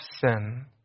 sin